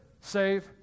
save